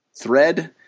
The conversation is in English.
thread